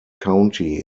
county